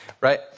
Right